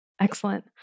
Excellent